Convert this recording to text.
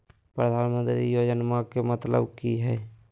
प्रधानमंत्री योजनामा के मतलब कि हय?